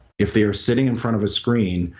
if they're sitting in front of a screen.